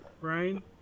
right